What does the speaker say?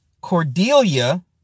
Cordelia